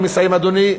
אני מסיים, אדוני.